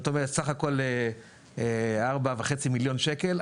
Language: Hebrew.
זאת אומרת סה"כ 4.5 מיליון שקל.